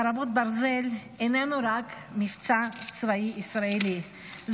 מבצע חרבות ברזל איננו רק מבצע צבאי ישראלי,